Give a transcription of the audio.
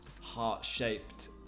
heart-shaped